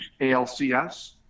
alcs